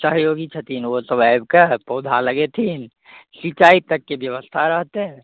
सहयोगी छथिन ओसब आबिके हर पौधा लगेथिन सिँचाइ तकके बेबस्था रहतै